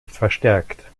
verstärkt